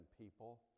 people